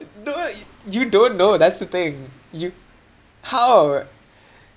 you don't know that's the thing you how